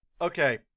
okay